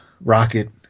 Rocket